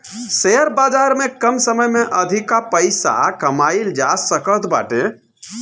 share बाजार में कम समय में अधिका पईसा कमाईल जा सकत बाटे